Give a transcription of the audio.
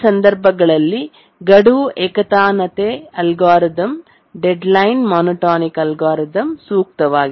ಈ ಸಂದರ್ಭಗಳಲ್ಲಿ ಗಡುವು ಏಕತಾನತೆ ಅಲ್ಗಾರಿದಮ್ ಡೆಡ್ಲೈನ್ ಮೊನೊಟೋನಿಕ್ ಅಲ್ಗಾರಿದಮ್ ಸೂಕ್ತವಾಗಿದೆ